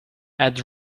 add